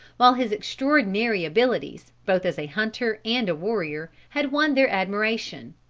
while his extraordinary abilities, both as a hunter and a warrior, had won their admiration.